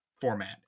format